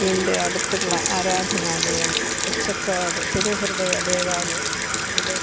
എൻ്റെ അടുത്തുള്ള ആരാധനാലയം പച്ചക്കാട് തിരുഹൃദയ ദേവാലയം അത്